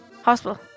Hospital